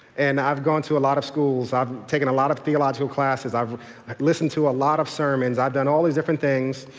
and i've gone through a lot of schools. i've taken a lot of theological classes. i've i've listened to a lot of sermons. i've done all those different things,